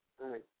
right